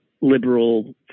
liberal